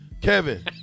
Kevin